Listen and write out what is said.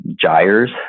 gyres